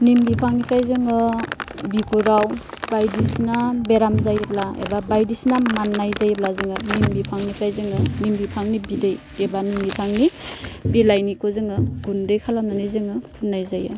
निम बिफांनिफ्राय जोङो बिगुराव बायदिसिना बेराम जायोब्ला एबा बायदिसिना मान्नाय जायोब्ला जोङो निम बिफांनिफ्राय जोङो निम बिफांनि बिदै एबा निम बिफांनि बिलाइनिखौ जोङो गुन्दै खालामनानै जोङो फुन्नाय जायो